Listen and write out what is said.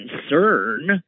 concern